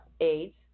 AIDS